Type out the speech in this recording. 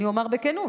אני אומר בכנות,